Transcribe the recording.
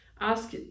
ask